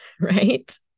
right